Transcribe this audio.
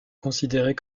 considérés